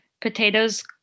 potatoes